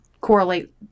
correlate